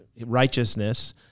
righteousness